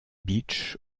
beach